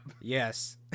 Yes